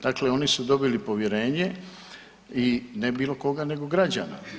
Dakle, oni su dobili povjerenje i ne bilo koga nego građana.